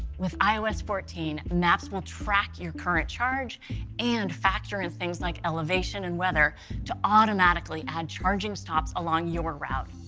with ios fourteen, maps will track your current charge and factor in things like elevation and weather to automatically add charging stops along your route.